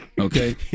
Okay